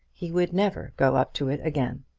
he would never go up to it again.